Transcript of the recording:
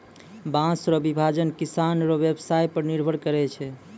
बाँस रो विभाजन किसान रो व्यवसाय पर निर्भर करै छै